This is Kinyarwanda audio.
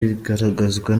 igaragazwa